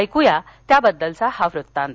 ऐकू या त्याबद्दलचा हा वृत्तांत